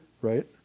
Right